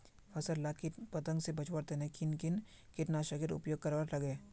फसल लाक किट पतंग से बचवार तने किन किन कीटनाशकेर उपयोग करवार लगे?